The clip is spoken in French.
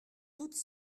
toutes